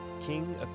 King